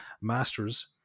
masters